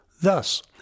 Thus